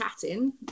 chatting